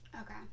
okay